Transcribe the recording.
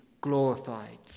glorified